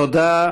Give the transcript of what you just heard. תודה.